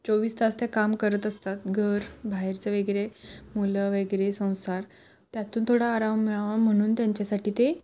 चोवीस तास ते काम करत असतात घर बाहेरचं वगैरे मुलं वगैरे संसार त्यातून थोडा आराम मिळावा म्हणून त्यांच्यासाठी ते